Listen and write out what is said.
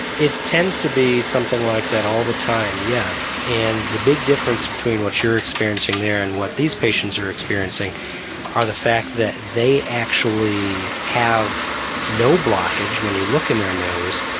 it tends to be something like that all the time, yes, and the big difference between what you are experiencing there and what these patients are experiencing are the fact that they actually have no blockage when you look in their nose,